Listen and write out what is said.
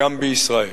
גם בישראל.